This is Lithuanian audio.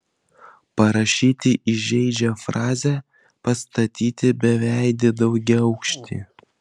parašyti įžeidžią frazę pastatyti beveidį daugiaaukštį